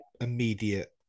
immediate